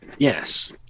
Yes